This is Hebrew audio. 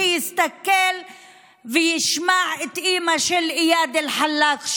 שיסתכל וישמע את אימא של איאד אלחלאק,